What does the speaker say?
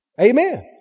Amen